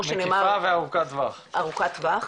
ארוכת טווח,